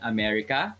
America